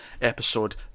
Episode